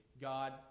God